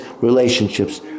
relationships